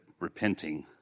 repenting